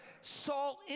Saul